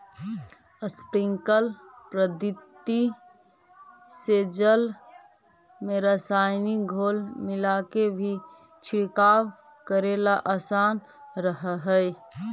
sprinkler पद्धति से जल में रसायनिक घोल मिलाके भी छिड़काव करेला आसान रहऽ हइ